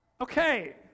Okay